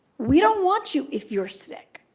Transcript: we don't want you if you're sick.